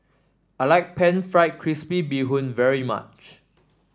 I like pan fried crispy Bee Hoon very much